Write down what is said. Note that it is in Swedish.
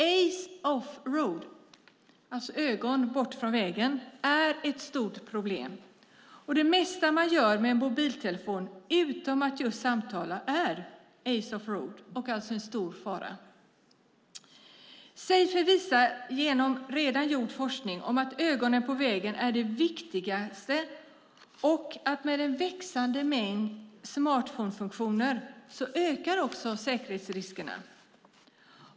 Eyes off the road, alltså ögon borta från vägen, är ett stort problem, och det mesta man gör med en mobiltelefon utom att just samtala är eyes off the road och alltså en stor fara. Safer visar genom redan gjord forskning att det viktigaste är att ha ögonen på vägen och att med den växande mängden smartphonefunktioner ökar också säkerhetsriskerna.